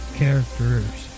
characters